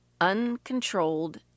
uncontrolled